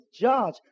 judge